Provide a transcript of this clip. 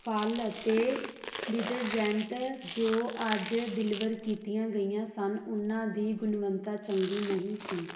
ਫ਼ਲ ਅਤੇ ਡਿਟਰਜੈਂਟ ਜੋ ਅੱਜ ਡਿਲਵਰ ਕੀਤੀਆਂ ਗਈਆਂ ਸਨ ਉਨ੍ਹਾਂ ਦੀ ਗੁਨਵੱਤਾ ਚੰਗੀ ਨਹੀਂ ਸੀ